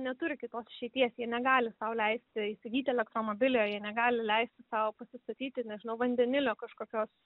neturi kitos išeities jie negali sau leisti įsigyti elektromobilio jie negali leisti sau pasistatyti nežinau vandenilio kažkokios